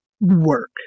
work